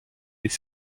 des